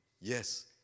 Yes